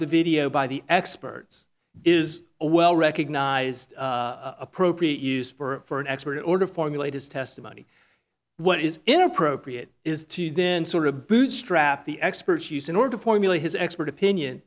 the video by the experts is a well recognized appropriate use for an expert in order formulate his testimony what is inappropriate is to then sort of bootstrap the expert use in order formulate his expert opinion